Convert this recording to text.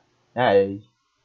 then I